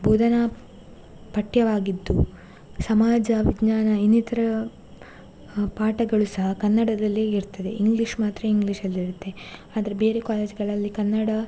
ಬೋಧನಾ ಪಠ್ಯವಾಗಿದ್ದು ಸಮಾಜ ವಿಜ್ಞಾನ ಇನ್ನಿತರ ಪಾಠಗಳು ಸಹ ಕನ್ನಡದಲ್ಲೇ ಇರ್ತದೆ ಇಂಗ್ಲೀಷ್ ಮಾತ್ರ ಇಂಗ್ಲೀಷಲ್ಲಿರುತ್ತೆ ಆದರೆ ಬೇರೆ ಕಾಲೇಜುಗಳಲ್ಲಿ ಕನ್ನಡ